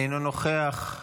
אינו נוכח,